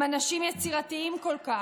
עם אנשים יצירתיים כל כך,